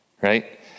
right